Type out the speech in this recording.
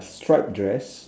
stripe dress